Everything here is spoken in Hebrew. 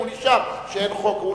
אם הוא נשאר כשאין חוק.